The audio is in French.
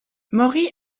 maury